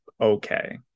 okay